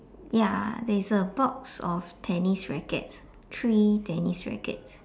ya there is a box of tennis rackets three tennis rackets